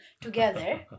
together